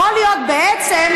יכול להיות בעצם,